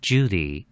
Judy